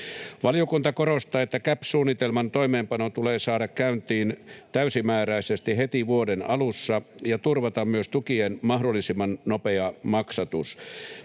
Valiokunta korostaa, että CAP-suunnitelman toimeenpano tulee saada käyntiin täysimääräisesti heti vuoden alussa ja että tulee turvata myös tukien mahdollisimman nopea maksatus.